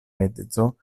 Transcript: edzo